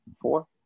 Four